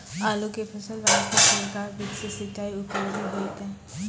आलू के फसल वास्ते छिड़काव विधि से सिंचाई उपयोगी होइतै?